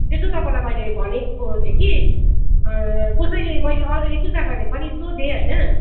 यसो तपाईँलाई मैले भनेको थिएँ कि कसैले मैले अरू एक दुईजनालाई पनि सोधेँ होइन